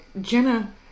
Jenna